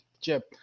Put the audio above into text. Chip